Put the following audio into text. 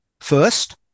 First